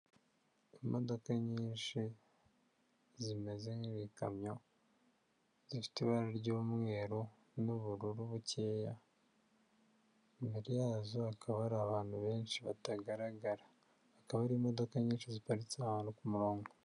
Imodoka nyinshi zimeze nk'ibikamyo, zifite ibara ry'umweru n'ubururu bukeya, imbere yazo hakaba hari abantu benshi batagaragara, akaba ari imodoka nyinshi ziparitse ahantu ku murongo.